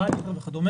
וכד'.